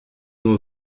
nur